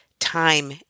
time